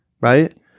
right